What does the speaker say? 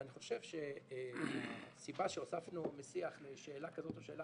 אני חושב שהסיבה לכך שהוספנו מסיח לשאלה כזו או שאלה